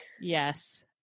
Yes